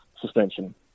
suspension